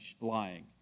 lying